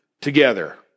together